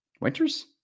winters